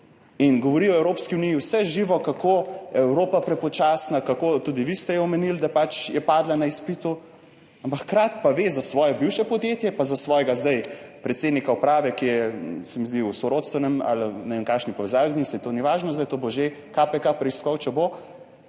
in govori o Evropski uniji vse živo, kako je Evropa prepočasna, tudi vi ste jo omenili, da je padla na izpitu, ampak hkrati pa ve za svoje bivše podjetje, pa za svojega zdaj predsednika uprave, ki je, se mi zdi, v sorodstveni ali ne vem kakšni povezavi z njim, saj to ni važno, to bo že KPK preiskal, če bo.